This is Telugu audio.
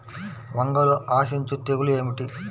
వంగలో ఆశించు తెగులు ఏమిటి?